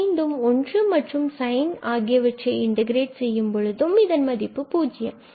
மீண்டும் 1 மற்றும் சைன் ஆகியவற்றை இன்டகிரேட் செய்யும் பொழுது இதன் மதிப்பு பூஜ்யம் ஆகிறது